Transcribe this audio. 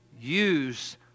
Use